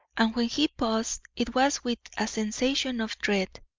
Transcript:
and when he paused it was with a sensation of dread,